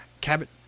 Cabot